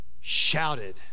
shouted